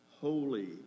holy